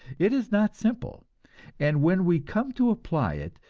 it is not simple and when we come to apply it,